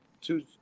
two